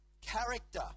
character